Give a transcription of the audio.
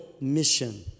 mission